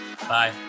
bye